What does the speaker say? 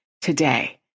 today